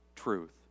truth